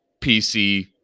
PC